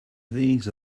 these